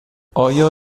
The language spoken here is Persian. آیا